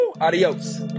adios